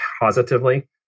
positively